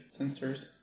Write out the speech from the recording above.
sensors